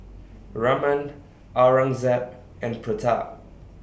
Raman Aurangzeb and Pratap